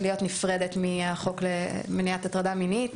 להיות נפרדת מהחוק למניעת הטרדה מינית,